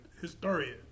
historian